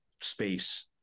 space